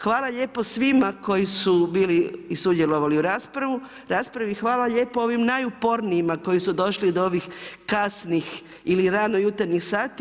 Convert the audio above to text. Hvala lijepo svima koji su sudjelovali u raspravi, hvala lijepo ovim najupornijima koji su došli do ovih kasnih ili ranojutarnjih sati.